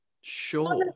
sure